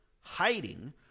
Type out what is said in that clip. hiding